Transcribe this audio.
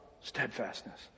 steadfastness